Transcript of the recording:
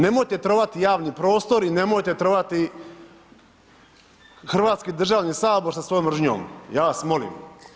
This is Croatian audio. Nemojte trovat javni prostro i nemojte trovati Hrvatski državni sabor sa svojom mržnjom, ja vas molim.